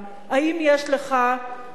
אם יש לך ככה,